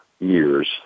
years